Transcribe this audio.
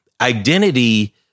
identity